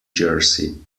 jersey